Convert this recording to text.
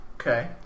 Okay